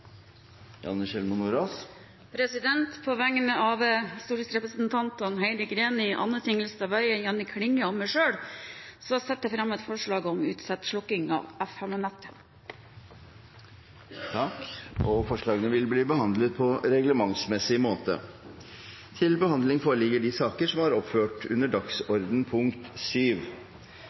På vegne av stortingsrepresentantene Heidi Greni, Anne Tingelstad Wøien, Jenny Klinge og meg selv vil jeg sette fram et forslag om utsatt slukking av FM-nettet. Representantforslagene vil bli behandlet på reglementsmessig måte. Jeg vil aller først takke komiteen for godt samarbeid i denne saken. Det er